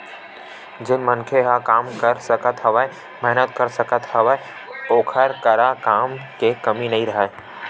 जेन मनखे ह काम कर सकत हवय, मेहनत कर सकत हवय ओखर करा काम के कमी नइ राहय